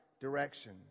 direction